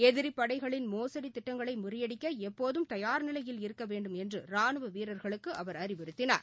எதிரிப்படைகளின் மோசுடி திட்டங்களை முறியடிக்க எப்போதும் தயார்நிலையில் இருக்க வேண்டும் என்று ராணுவ வீரர்களுக்கு அவர் அறிவுறுத்தினார்